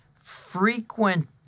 frequent